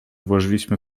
włożyliśmy